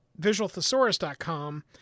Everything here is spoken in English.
visualthesaurus.com